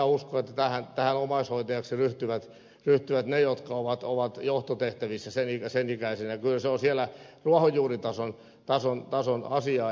en minä usko että omaishoitajaksi ryhtyvät ne jotka ovat johtotehtävissä sen ikäisinä kyllä se on ruohonjuuritason asiaa